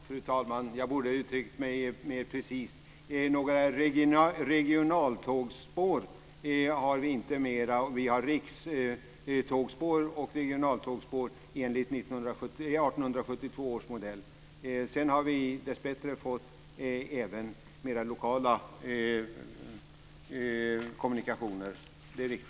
Fru talman! Jag borde ha uttryckt mig mer precist. Några fler regionaltågsspår har vi inte. Vi har rikstågsspår och regionaltågsspår enligt 1872 års modell. Sedan har vi dessbättre fått mer lokala kommunikationer. Det är riktigt.